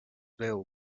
veu